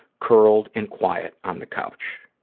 curled and quiet on the couch.